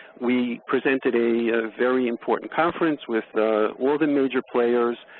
we presented a very important conference with all the major players.